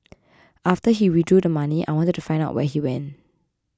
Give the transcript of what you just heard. after he withdrew the money I wanted to find out where he went